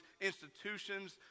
institutions